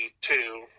two